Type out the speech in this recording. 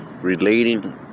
relating